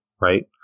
right